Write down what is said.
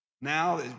Now